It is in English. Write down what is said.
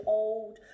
old